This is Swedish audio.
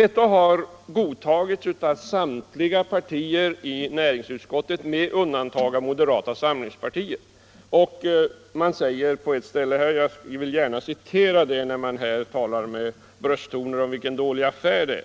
Detta avtal har godtagits av samtliga partier i näringsutskottet med undantag av moderata samlingspartiet. Det talas här med brösttoner om vilken dålig affär detta